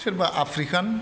सोरबा आफ्रिकान